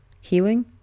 healing